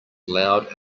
loud